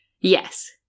yes